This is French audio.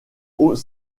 aux